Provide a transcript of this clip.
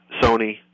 Sony